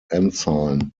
ensign